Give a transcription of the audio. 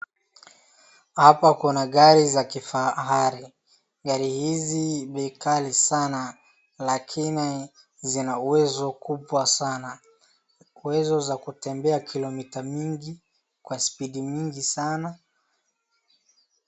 Hapa kuna gari za kifahari. Gari hizi bei kali sana lakini zina uwezo kubwa sana, uwezo za kutembea kilomita mingi kwa spidi mingi sana.